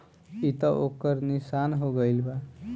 ई त ओकर निशान हो गईल बा